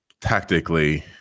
Tactically